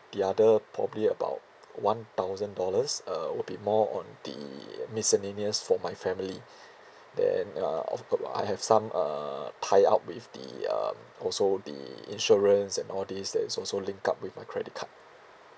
the other probably about one thousand dollars uh would be more on the miscellaneous for my family then uh on top I have some uh tie up with the um also the insurance and all these that is also linked up with my credit card